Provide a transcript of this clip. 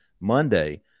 Monday